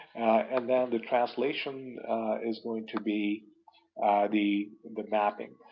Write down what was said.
and then the translation is going to be the the mapping.